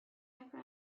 never